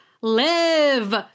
live